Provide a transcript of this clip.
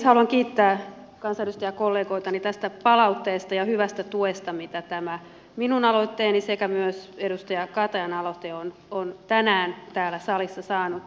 haluan kiittää kansanedustajakollegoitani tästä palautteesta ja hyvästä tuesta mitä tämä minun aloitteeni sekä myös edustaja katajan aloite ovat tänään täällä salissa saaneet